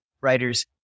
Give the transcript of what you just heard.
writers